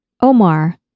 Omar